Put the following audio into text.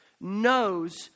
knows